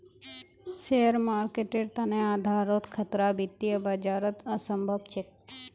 share मार्केटेर तने आधारोत खतरा वित्तीय बाजारत असम्भव छेक